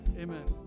Amen